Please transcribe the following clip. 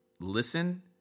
listen